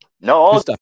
no